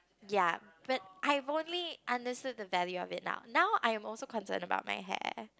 ya but I've only understood the value of it now now I am also concerned about my hair